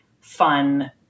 fun